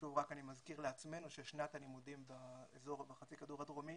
שוב אני רק מזכיר לעצמנו ששנת הלימודים בחצי הכדור הדרומי